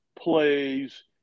plays